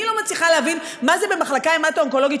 אני לא מצליחה להבין מה זה במחלקה המטו-אונקולוגית,